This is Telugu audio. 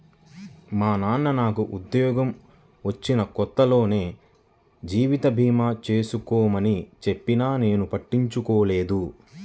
మా నాన్న నాకు ఉద్యోగం వచ్చిన కొత్తలోనే జీవిత భీమా చేసుకోమని చెప్పినా నేను పట్టించుకోలేదు